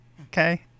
okay